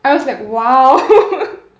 I was like !wow!